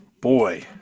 Boy